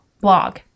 blog